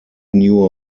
newer